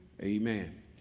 amen